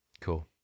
cool